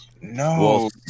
no